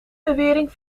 bewering